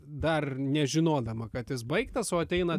dar nežinodama kad jis baigtas o ateina